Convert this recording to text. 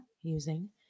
using